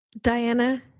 Diana